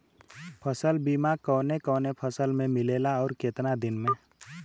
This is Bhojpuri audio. फ़सल बीमा कवने कवने फसल में मिलेला अउर कितना दिन में?